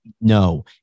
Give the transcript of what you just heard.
No